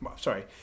Sorry